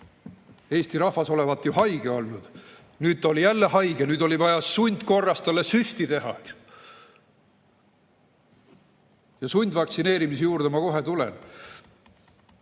Eesti rahvas olevat ju haige olnud. Nüüd ta oli jälle haige, oli vaja sundkorras talle süsti teha. Sundvaktsineerimise juurde ma kohe tulen.